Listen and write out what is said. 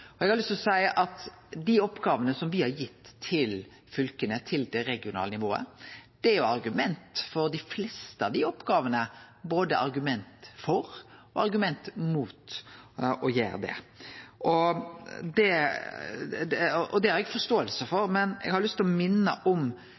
Eg har lyst til å seie at når det gjeld dei oppgåvene me har gitt til fylka, til det regionale nivået, er det for dei fleste av dei både argument for og argument mot å gjere det. Det har eg forståing for, men eg har lyst til å minne om grunngivinga for